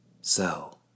So